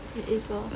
it is lor